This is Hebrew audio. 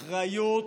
אחריות,